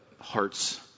hearts